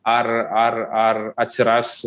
ar ar ar atsiras